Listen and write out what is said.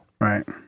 Right